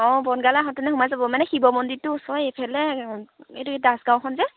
অঁ বনগাঁৱলৈ আহোঁতেনে সোমাই যাব মানে শিৱ মন্দিৰটো ওচৰৰ এইফালে এইটো কি দাস গাঁওখন যে